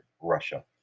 Russia